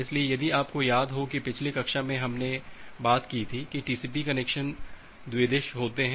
इसलिए यदि आपको याद हो कि पिछली कक्षा में हमने बात की थी कि टीसीपी कनेक्शन द्विदिश होता है